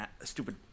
stupid